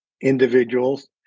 individuals